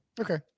Okay